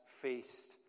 faced